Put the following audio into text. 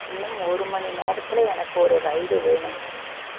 இன்னும் ஒரு மணி நேரத்தில் எனக்கு ஒரு ரைடு வேணும்